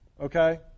okay